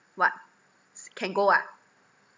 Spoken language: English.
what can go ah